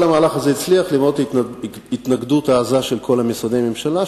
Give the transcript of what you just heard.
כל המהלך הזה הצליח למרות ההתנגדות העזה של כל משרדי הממשלה,